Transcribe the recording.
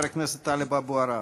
חבר הכנסת טלב אבו עראר.